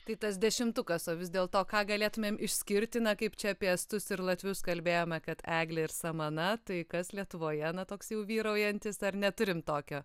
tai tas dešimtukas o vis dėl to ką galėtumėm išskirti na kaip čia apie estus ir latvius kalbėjome kad eglė ir samana tai kas lietuvoje na toks jau vyraujantis ar neturim tokio